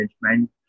Management